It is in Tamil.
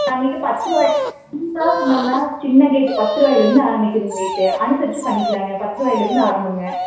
நம்ம கிட்ட பத்து ரூபாய் சிம்ப்புளாக சொன்னோம்னால் சின்ன கேட்டு பத்து ருபாயில இருந்து ஆரமிக்குதுங்க ரேட்டு அனுசரித்து பண்ணிக்கலாங்க பத்து ருபாயில இருந்து ஆரம்பங்க